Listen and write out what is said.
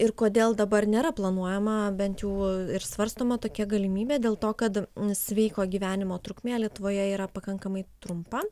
ir kodėl dabar nėra planuojama bent jau ir svarstoma tokia galimybė dėl to kad sveiko gyvenimo trukmė lietuvoje yra pakankamai trumpa